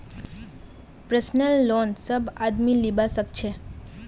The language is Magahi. पर्सनल लोन सब आदमी लीबा सखछे